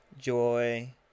joy